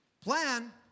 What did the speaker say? Plan